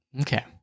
Okay